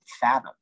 fathom